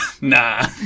nah